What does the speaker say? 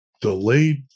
delayed